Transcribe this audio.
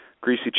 greasy